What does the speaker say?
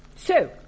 so.